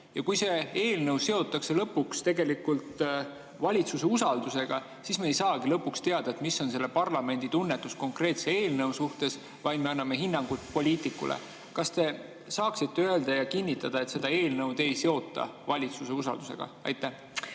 Kui see eelnõu seotakse lõpuks tegelikult valitsuse usaldusega, siis me ei saagi lõpuks teada, mis on selle parlamendi tunnetus konkreetse eelnõu puhul, vaid me anname hinnangu poliitikule. Kas te saaksite öelda ja kinnitada, et seda eelnõu ei seota valitsuse usaldusega? Aitäh,